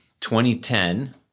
2010